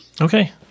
Okay